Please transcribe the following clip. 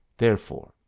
therefore,